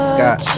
Scott